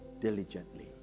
Diligently